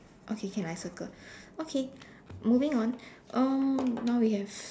okay can I circle okay moving on um now we have